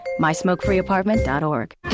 mysmokefreeapartment.org